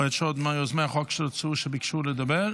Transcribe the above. יש עוד מיוזמי החוק שביקשו לדבר?